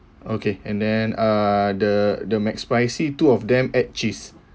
okay and then uh the the mac spicy two of them add cheese